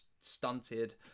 stunted